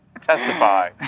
Testify